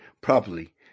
properly